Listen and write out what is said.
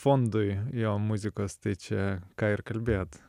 fondui jo muzikos tai čia ką ir kalbėt